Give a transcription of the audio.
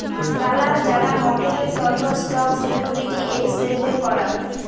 দালাল যারা মক্কেলের তন্ন স্টক সিকিউরিটি এক্সচেঞ্জের করাং